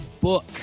book